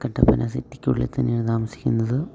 കട്ടപ്പന സിറ്റിക്കുള്ളിൽ തന്നെയാണ് താമസിക്കുന്നത്